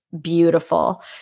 beautiful